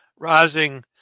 Rising